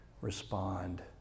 respond